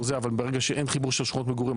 זה אבל ברגע שאין חיבור של שכונות מגורים,